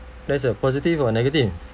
that's a positive or negative